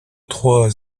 trois